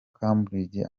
cambridge